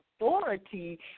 authority